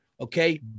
okay